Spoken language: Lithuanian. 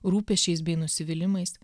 rūpesčiais bei nusivylimais